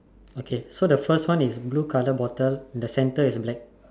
okay so the first one is blue colour bottle the center is black